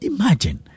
Imagine